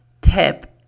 tip